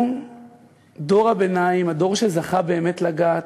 אנחנו דור הביניים, הדור שזכה באמת לגעת,